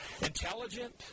intelligent